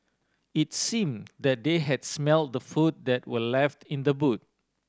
it seemed that they had smelt the food that were left in the boot